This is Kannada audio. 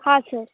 ಹಾಂ ಸರ್